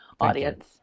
Audience